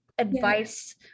advice